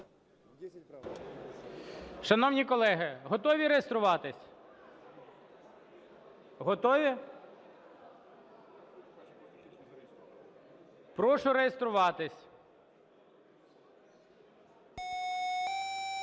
Шановні колеги, готові реєструватись? Готові? Прошу реєструватись. 16:03:54